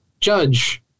judge